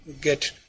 get